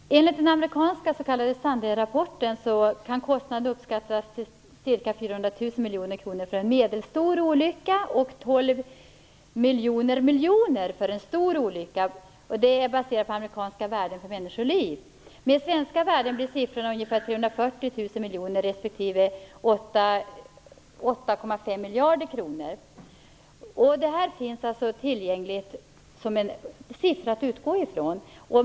Herr talman! Enligt den amerikanska s.k. Sandiarapporten kan kostnaden uppskattas till ca 400 000 miljoner kronor för en medelstor olycka och till 12 000 000 miljoner för en stor olycka. Siffrorna är baserade på amerikanska värden för människoliv. Med svenska värden blir siffrorna ungefär 340 000 Dessa uppgifter finns tillgängliga, så man kan utgå från de siffrorna.